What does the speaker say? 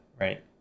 right